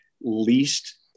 least